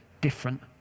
different